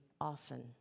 often